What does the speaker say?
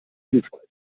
hilfreich